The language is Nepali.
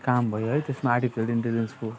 काम भयो है त्यसमा आर्टिफिसल इन्टेलिजेन्सको